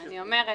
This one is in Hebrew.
אני אומרת